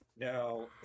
Now